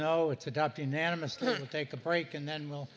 no it's adopt inanimate take a break and then we'll